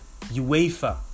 UEFA